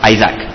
Isaac